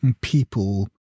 people